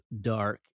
dark